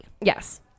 Yes